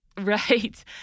Right